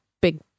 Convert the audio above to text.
big